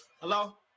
Hello